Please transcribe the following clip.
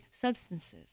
substances